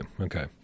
Okay